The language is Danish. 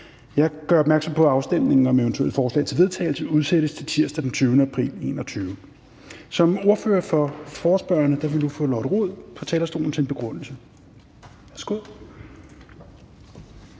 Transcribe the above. Jeg gør opmærksom på, at afstemning om eventulle forslag til vedtagelse udsættes til tirsdag den 20. april 2021. Som ordfører for forespørgerne vil vi nu få Lotte Rod på talerstolen til en begrundelse.